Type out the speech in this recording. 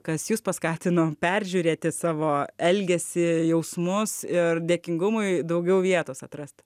kas jus paskatino peržiūrėti savo elgesį jausmus ir dėkingumui daugiau vietos atrasti